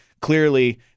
clearly